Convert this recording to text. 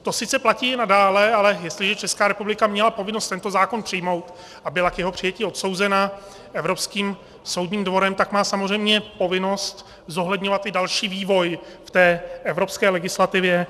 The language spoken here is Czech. To sice platí i nadále, ale jestliže Česká republika měla povinnost tento zákon přijmout a byla k jeho přijetí odsouzena Evropským soudním dvorem, tak má samozřejmě povinnost zohledňovat i další vývoj v evropské legislativě.